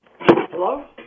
Hello